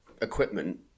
equipment